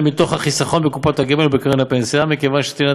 שווים את נייר הפוליסה שהם היו כתובים עליו,